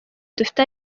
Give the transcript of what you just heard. dufite